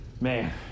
man